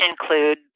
include